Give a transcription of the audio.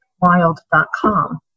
wild.com